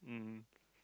um